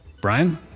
Brian